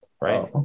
right